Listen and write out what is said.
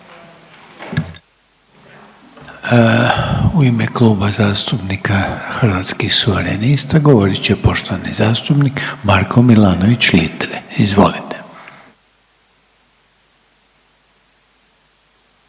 U ime Kluba zastupnika Hrvatskih suverenista govorit će poštovani zastupnik Marko Milanović Litre, izvolite.